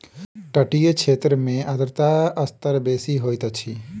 तटीय क्षेत्र में आर्द्रता स्तर बेसी होइत अछि